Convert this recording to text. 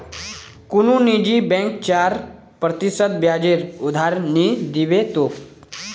कुनु निजी बैंक चार प्रतिशत ब्याजेर उधार नि दीबे तोक